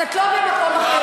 אז את לא במקום אחר.